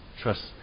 trust